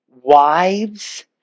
wives